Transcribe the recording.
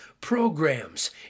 programs